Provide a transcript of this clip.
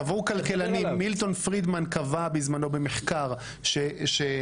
קבעו כלכלנים מילטון פרידמן קבע כבר בזמנו במחקר שצבא